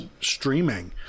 streaming